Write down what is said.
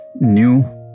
new